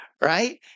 right